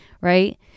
right